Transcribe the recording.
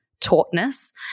tautness